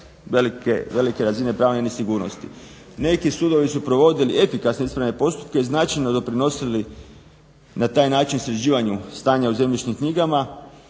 velike razine pravne nesigurnosti. Neki sudovi su provodili efikasne ispravne postupke i značajno doprinosili na taj način sređivanju stanja u zemljišnim knjigama,